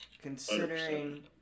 Considering